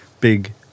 big